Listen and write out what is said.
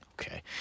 okay